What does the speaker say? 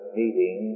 meeting